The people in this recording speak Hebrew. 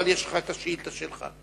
אבל יש לך השאילתא שלך.